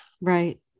Right